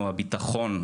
נשמעת,